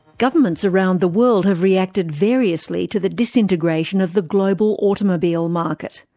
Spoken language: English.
governments around the world have reacted variously to the disintegration of the global automobile market.